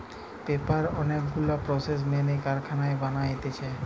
paper অনেক গুলা process মেনে কারখানায় বানাতিছে